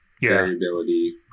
variability